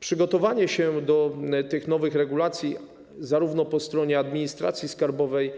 Przygotowanie się do tych nowych regulacji, zarówno po stronie administracji skarbowej,